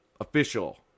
Official